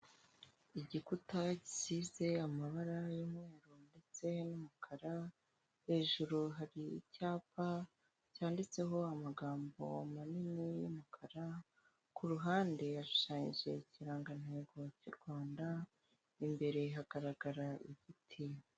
Igikuta gisize amabara y'umweru ndetse n'umukara, hejuru hari icyapa cyanditseho amagambo manini y'umukara, kuruhande hashushanyije ikirangantego cy'u Rwanda, imbere hagaragara igiti.